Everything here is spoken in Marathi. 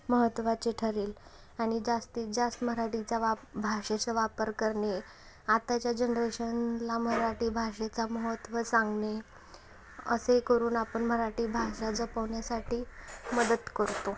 महत्त्वाचे ठरेल आणि जास्तीत जास्त मराठीचा वाप भाषेचा वापर करणे आत्ताच्या जनरेशनला मराठी भाषेचा महत्त्व सांगणे असे करून आपण मराठी भाषा जपवण्यासाठी मदत करतो